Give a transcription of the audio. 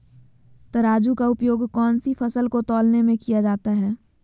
तराजू का उपयोग कौन सी फसल को तौलने में किया जाता है?